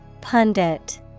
Pundit